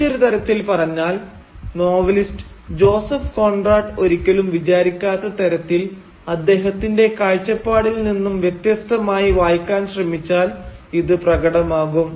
മറ്റൊരു തരത്തിൽ പറഞ്ഞാൽ നോവലിസ്റ്റ് ജോസഫ് കോൺറാട് ഒരിക്കലും വിചാരിക്കാത്ത തരത്തിൽ അദ്ദേഹത്തിന്റെ കാഴ്ചപ്പാടിൽ നിന്നും വ്യത്യസ്തമായി വായിക്കാൻ ശ്രമിച്ചാൽ ഇത് പ്രകടമാകും